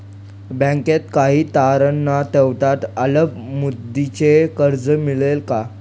बँकेत काही तारण न ठेवता अल्प मुदतीचे कर्ज मिळेल का?